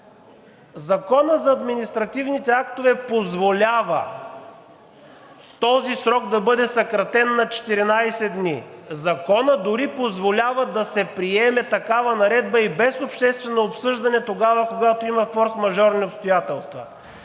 Законът за административните актове позволява този срок да бъде съкратен на 14 дни. Законът дори позволява да се приеме такава наредба и без обществено обсъждане тогава, когато има форсмажорни обстоятелства.